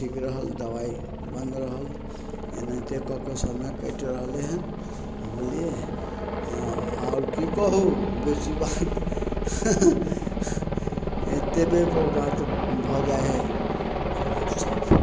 ठीक रहल दबाइ बन्द रहल एनाहिते कए कऽ समय कटि रहलइ हँ बुझलियै हँ आओर की कहू बेसी बात एतबेपर बात भऽ जाइ हइ राफ साफ